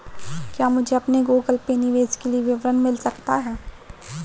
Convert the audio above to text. क्या मुझे अपने गूगल पे निवेश के लिए विवरण मिल सकता है?